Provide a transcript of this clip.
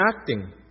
acting